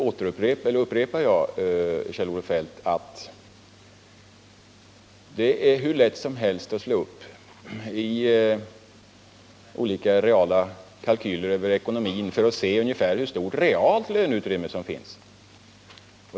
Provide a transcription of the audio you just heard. Jag upprepar, Kjell-Olof Feldt, att det är hur lätt som helst att slå upp i olika kalkyler över ekonomin och se hur stort realt löneutrymme som finns.